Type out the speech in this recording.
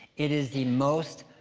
it is the most